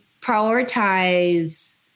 prioritize